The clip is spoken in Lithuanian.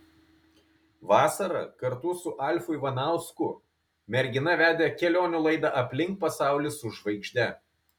vasarą kartu su alfu ivanausku mergina vedė kelionių laidą aplink pasaulį su žvaigžde